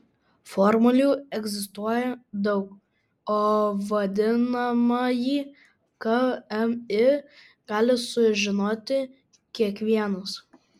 formulių egzistuoja daug o vadinamąjį kmi gali sužinoti kiekvienas